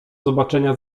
zobaczenia